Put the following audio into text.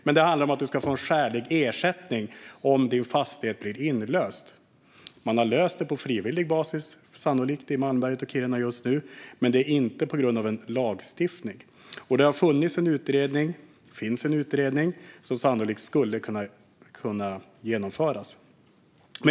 Men det handlar om att få en skälig ersättning om din fastighet blir inlöst. Det har sannolikt lösts på frivillig basis i Malmberget och Kiruna just nu, men det är inte tack vare en lagstiftning. Det har funnits en utredning, och det finns en utredning med förslag som sannolikt skulle kunna genomföras.